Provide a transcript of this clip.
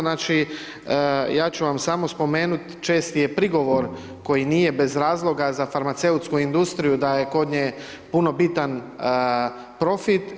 Znači, ja ću vam samo spomenut, česti je prigovor koji nije bez razloga, za farmaceutsku industriju da je kod nje puno bitan profit.